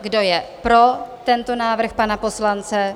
Kdo je pro tento návrh pana poslance?